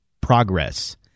progress